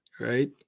right